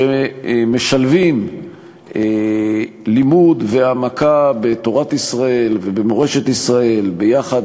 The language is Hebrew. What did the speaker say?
שמשלבים לימוד והעמקה בתורת ישראל ובמורשת ישראל ביחד